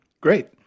Great